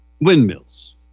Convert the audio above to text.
windmills